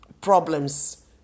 problems